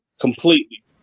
completely